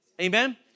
Amen